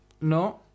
No